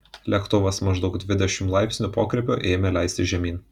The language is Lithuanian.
lėktuvas maždaug dvidešimt laipsnių pokrypiu ėmė leistis žemyn